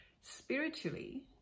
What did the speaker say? Spiritually